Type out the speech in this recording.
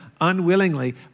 unwillingly